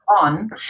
on